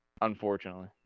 unfortunately